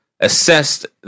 assessed